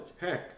Heck